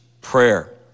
prayer